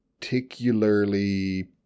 particularly